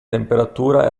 temperatura